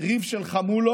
ריב של חמולות,